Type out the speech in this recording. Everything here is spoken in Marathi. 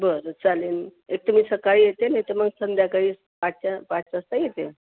बरं चालेल एकटी मीच सकाळी येते नाही तर मग संध्याकाळी आठच्या पाच वाजता येते